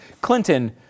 Clinton